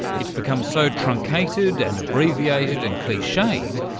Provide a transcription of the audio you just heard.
it's become so truncated and abbreviated and cliched,